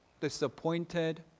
disappointed